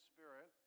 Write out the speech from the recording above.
Spirit